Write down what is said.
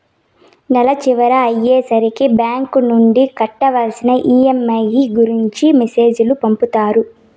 నెల చివర అయ్యే సరికి బ్యాంక్ నుండి కట్టవలసిన ఈ.ఎం.ఐ గురించి మెసేజ్ లు పంపుతారు